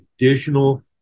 additional